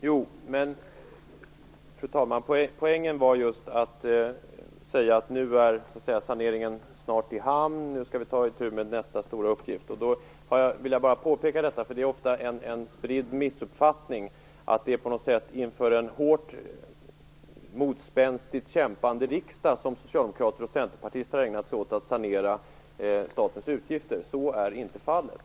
Fru talman! Poängen var just att säga att nu är saneringen snart i hamn och nu skall vi ta itu med nästa stora uppgift. Då vill jag bara påpeka en sak. Det är ofta en spridd missuppfattning att det är inför en hårt och motspänstigt kämpande riksdag som socialdemokrater och centerpartister har ägnat sig åt att sanera statens utgifter. Så är inte fallet.